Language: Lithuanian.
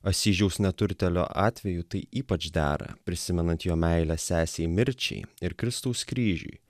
asyžiaus neturtėlio atveju tai ypač dera prisimenant jo meilę sesei mirčiai ir kristaus kryžiui